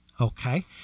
Okay